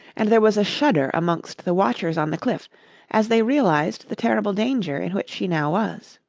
and there was a shudder amongst the watchers on the cliff as they realized the terrible danger in which she now was.